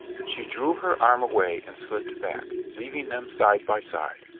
she drew her arm away and slipped back, leaving them side by side.